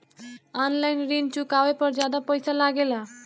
आन line ऋण चुकावे पर ज्यादा पईसा लगेला?